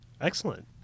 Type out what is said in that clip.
Excellent